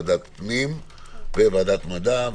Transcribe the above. ועדת פנים ו-וועדת מדע.